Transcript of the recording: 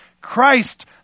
Christ